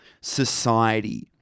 society